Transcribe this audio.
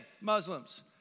Muslims